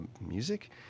Music